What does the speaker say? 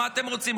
מה אתם רוצים?